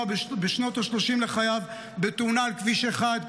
בשנות השלושים לחייו בתאונה על כביש 1,